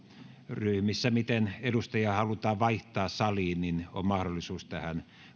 ryhmissä edustajia halutaan vaihtaa saliin niin on mahdollisuus tähän